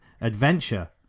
adventure